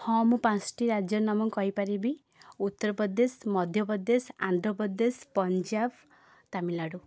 ହଁ ମୁଁ ପାଞ୍ଚଟି ରାଜ୍ୟର ନାମ କହିପାରିବି ଉତ୍ତରପ୍ରଦେଶ ମଧ୍ୟପ୍ରଦେଶ ଆନ୍ଧ୍ରପ୍ରଦେଶ ପଞ୍ଜାବ ତାମିଲନାଡ଼ୁ